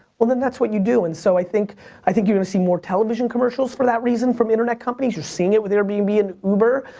well then that's what you do. and so i think i think you're gonna see more television commercials for that reason from internet companies. you're seeing it with airbnb and uber.